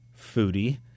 foodie